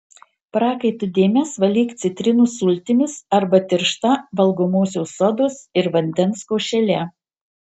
prakaito dėmes valyk citrinų sultimis arba tiršta valgomosios sodos ir vandens košele